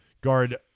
guard